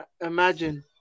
Imagine